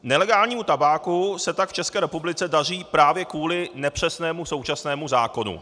Nelegálnímu tabáku se tak v České republice daří právě kvůli nepřesnému současnému zákonu.